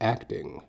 Acting